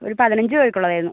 ഒരു പതിനഞ്ച് പേർക്കുള്ളതായിരുന്നു